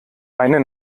meine